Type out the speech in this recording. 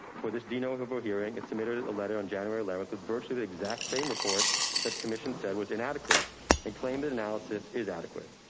for this de novo hearing, it's submitted a letter on january eleventh with virtually the exact same report that the commission said was inadequate and claimed it. analysis is adequate.